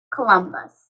columbus